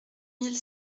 mille